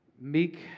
meek